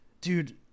dude